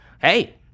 hey